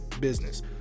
business